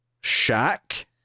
shack